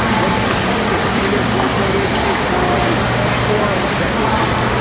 what's it that the media didn't inform voters of this plan or that they did,